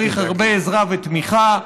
צריך הרבה עזרה ותמיכה,